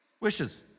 wishes